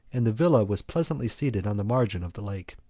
and the villa was pleasantly seated on the margin of the lake.